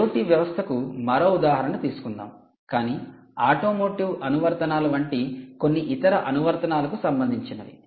IoT వ్యవస్థకు మరో ఉదాహరణ తీసుకుందాం కానీ ఆటోమోటివ్ అనువర్తనాల వంటి కొన్ని ఇతర అనువర్తనాలకు సంబంధించినివి